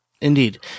Indeed